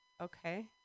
Okay